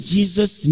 Jesus